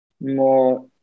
more